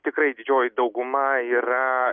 tikrai didžioji dauguma yra